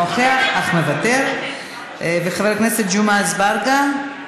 נוכח, אך מוותר, חבר הכנסת ג'מעה אזברגה,